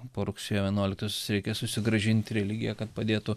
po rugsėjo vienuoliktosios reikia susigrąžint religiją kad padėtų